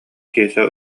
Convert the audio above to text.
киэсэ